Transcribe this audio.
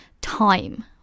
time